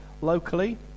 locally